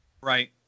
right